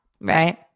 right